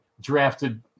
drafted